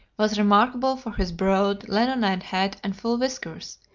was remarkable for his broad, leonine head and full whiskers,